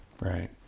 Right